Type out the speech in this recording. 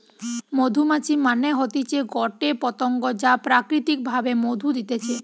মধুমাছি মানে হতিছে গটে পতঙ্গ যা প্রাকৃতিক ভাবে মধু দিতেছে